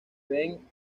ven